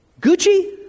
Gucci